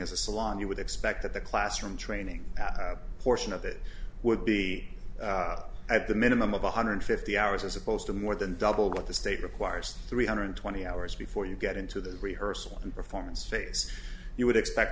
as a salon you would expect that the classroom training portion of it would be at the minimum of one hundred fifty hours as opposed to more than double what the state requires three hundred twenty hours before you get into the rehearsal and performance space you would expect